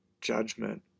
judgment